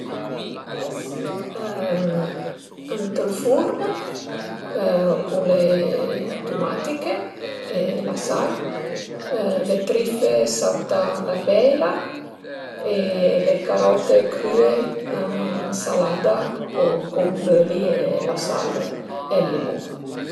Ël pes ënt ël furn cun le tumatiche e la sal, le trife sautà ën la peila e le carote crüe ën salada cun l'öli, la sal e ël limun